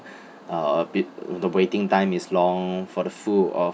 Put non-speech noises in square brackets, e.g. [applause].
[breath] uh a bit the waiting time is long for the food of